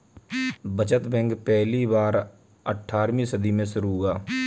बचत बैंक पहली बार अट्ठारहवीं सदी में शुरू हुआ